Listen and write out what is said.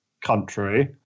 country